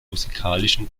musikalischen